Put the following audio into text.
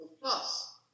Plus